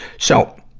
so,